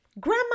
Grandma